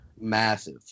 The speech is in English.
massive